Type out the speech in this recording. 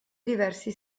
diversi